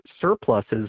surpluses